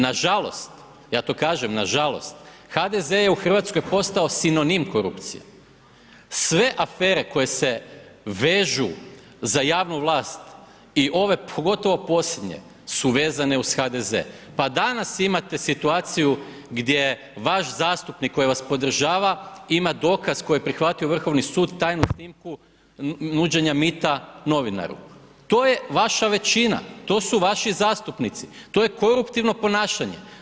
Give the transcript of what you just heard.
Nažalost, ja to kažem, nažalost, HDZ je u Hrvatskoj postao sinonim korupcije, sve afere koje se vežu za javnu vlasti ove pogotovo posljednje su vezane uz HDZ, pa danas imate situaciju gdje vaš zastupnik koji vas podržava ima dokaz koji je prihvatio Vrhovni sud tajnu snimku nuđenja mita novinaru, to je vaša većina, to su vaši zastupnici, to je koruptivno ponašanje.